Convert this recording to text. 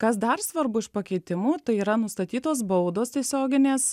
kas dar svarbu iš pakeitimų tai yra nustatytos baudos tiesioginės